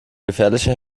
gefährlicher